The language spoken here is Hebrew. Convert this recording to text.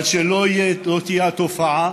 אבל שלא תהיה תופעה